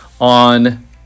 on